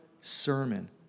sermon